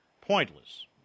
pointless